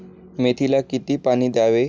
मेथीला किती पाणी द्यावे?